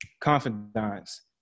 confidants